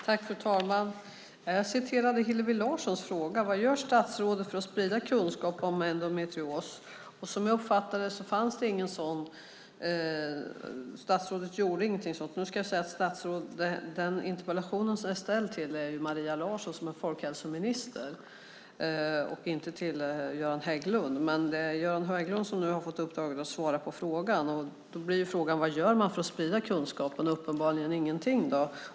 Fru talman! Jag citerade Hillevi Larssons fråga. Vad gör statsrådet för att sprida kunskap om endometrios? Som jag uppfattade det gjorde statsrådet ingenting sådant. Nu ska jag säga att interpellationen är ställd till Maria Larsson, som är folkhälsominister, och inte till Göran Hägglund, som nu har fått uppdraget att svara. Då blir frågan: Vad gör man för att sprida kunskapen? Uppenbarligen ingenting.